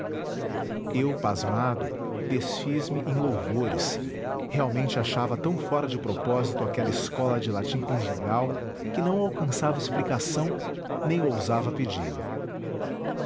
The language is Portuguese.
eu pasmado desfiz me em louvores realmente achava tão fora de propósito aquela escola de latim conjugal que não alcançava explicação nem ousava pedi-la